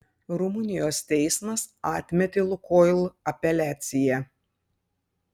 rumunijos teismas atmetė lukoil apeliaciją